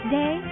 day